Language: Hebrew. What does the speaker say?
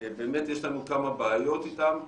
באמת יש לנו כמה בעיות איתם,